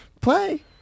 play